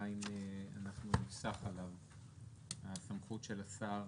שבינתיים נפסח עליו, הסמכות של השר